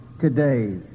today